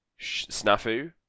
snafu